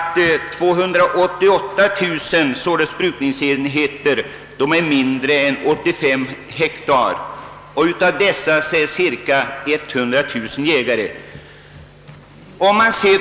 288 000 brukningsenheter är mindre än 85 hektar, och av dessa ägs cirka 100 000 av jägare.